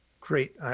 Great